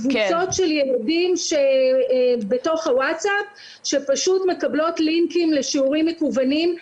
קבוצות של ילדים בתוך הוואטסאפ שפשוט מקבלות לינקים לשיעורים מקוונים,